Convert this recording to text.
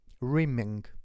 rimming